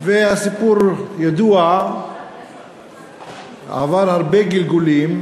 הסיפור ידוע ועבר הרבה גלגולים,